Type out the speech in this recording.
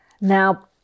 Now